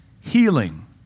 healing